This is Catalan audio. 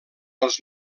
els